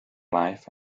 life